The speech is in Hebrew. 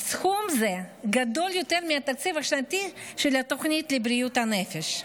סכום זה גדול יותר מהתקציב השנתי של התוכנית לבריאות הנפש.